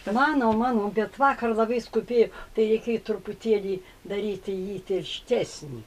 mano mano bet vakar labai skubė tai reikėjo truputėlį daryti jį tirštesnį